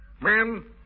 Men